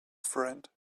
friend